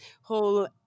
whole